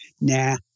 nah